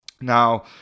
Now